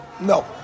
No